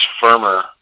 firmer